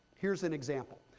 here's an example.